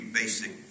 basic